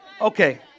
okay